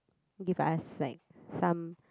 give us like some